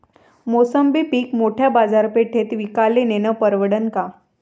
मोसंबी पीक मोठ्या बाजारपेठेत विकाले नेनं परवडन का?